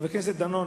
חבר הכנסת דנון,